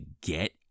get